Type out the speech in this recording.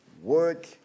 Work